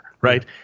right